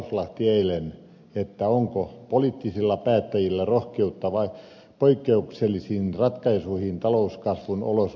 lauslahti eilen onko poliittisilla päättäjillä rohkeutta poikkeuksellisiin ratkaisuihin talouskasvun olosuhteissa